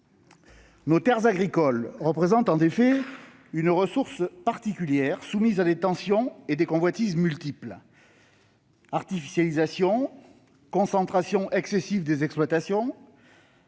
Nos terres agricoles représentent en effet une ressource particulière, soumise à des tensions et à des convoitises multiples : artificialisation, concentration excessive des exploitations